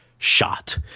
shot